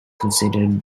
considered